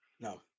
No